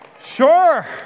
Sure